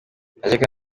najyaga